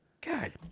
God